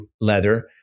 leather